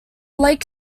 lake